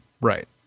Right